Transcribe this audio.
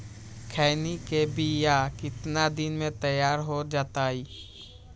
खैनी के बिया कितना दिन मे तैयार हो जताइए?